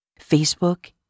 Facebook